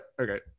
okay